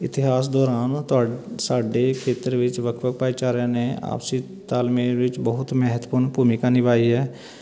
ਇਤਿਹਾਸ ਦੌਰਾਨ ਤੁਹਾ ਸਾਡੇ ਖੇਤਰ ਵਿੱਚ ਵੱਖ ਵੱਖ ਭਾਈਚਾਰਿਆਂ ਨੇ ਆਪਸੀ ਤਾਲਮੇਲ ਵਿੱਚ ਬਹੁਤ ਮਹੱਤਵਪੂਰਨ ਭੂਮਿਕਾ ਨਿਭਾਈ ਹੈ